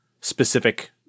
specific